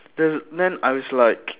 then then I was like